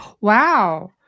Wow